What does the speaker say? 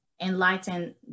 enlighten